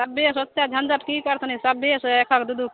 सभे सँ ओते झन्झट की करथिन सभे सँ एकहक दू दू